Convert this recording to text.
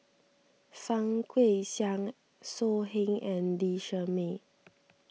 Fang Guixiang So Heng and Lee Shermay